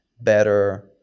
better